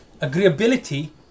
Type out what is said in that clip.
agreeability